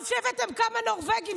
טוב שהבאתם כמה נורבגים,